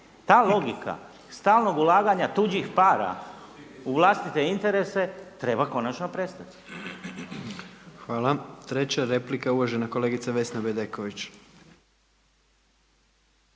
Ta logika stalnog ulaganja tuđih para u vlastite interese treba konačno prestati. **Jandroković, Gordan (HDZ)** Hvala. Treća replika je uvažena kolegica Vesna Bedeković.